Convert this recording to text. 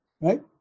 Right